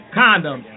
condom